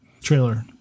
trailer